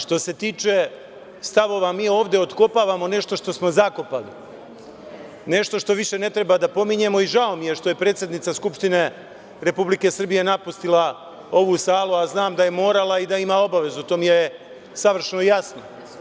Što se tiče stavova, mi ovde otkopavamo nešto što smo zakopali, nešto što više ne treba da pominjemo i žao mi je što je predsednica Skupštine Republike Srbije napustila ovu salu, a znam da je morala i da ima obaveze, to mi je savršeno jasno.